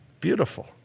Beautiful